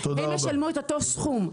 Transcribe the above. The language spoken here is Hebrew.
הם ישלמו את אותו סכום,